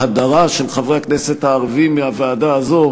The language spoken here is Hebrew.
הדרה של חברי הכנסת הערבים מהוועדה הזו,